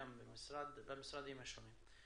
גם במשרדים השונים.